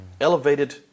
elevated